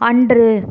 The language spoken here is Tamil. அன்று